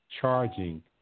charging